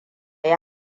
yi